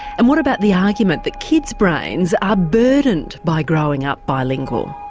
and what about the argument that kids' brains are burdened by growing up bilingual?